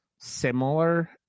similar